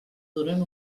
duren